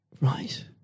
Right